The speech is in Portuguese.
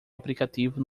aplicativo